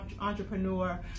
entrepreneur